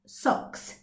socks